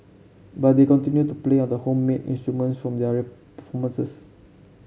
but they continue to play on the homemade instruments for their performances